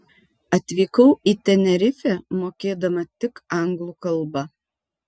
atvykau į tenerifę mokėdama tik anglų kalbą